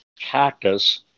cactus